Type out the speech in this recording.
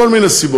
מכל מיני סיבות.